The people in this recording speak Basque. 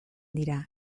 dira